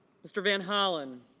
mr. van hollen